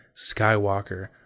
Skywalker